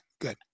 good